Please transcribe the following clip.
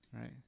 right